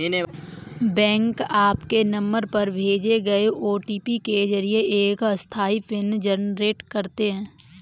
bank आपके number पर भेजे गए ओ.टी.पी के जरिए एक अस्थायी पिन जनरेट करते हैं